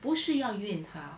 不是要怨她